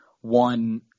one